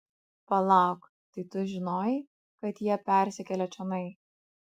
palauk tai tu žinojai kad jie persikelia čionai